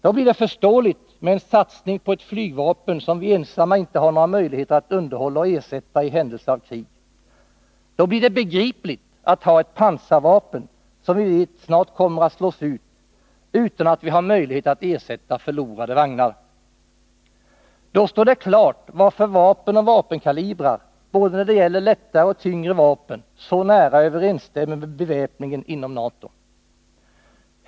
Då blir det förståeligt med en satsning på ett flygvapen som vi ensamma inte har några möjligheter att underhålla och ersätta i händelse av krig. Då blir det begripligt att ha ett pansarvapen som vi vet snabbt kommer att slås ut utan att vi har möjligheter att ersätta förlorade vagnar. Då står det klart varför vapen och vapenkalibrar, när det gäller både lättare och tyngre vapen, så nära överensstämmer med beväpningen inom NATO.